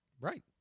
right